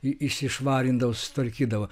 į į išsišvarindavo susitvarkydavo